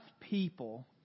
people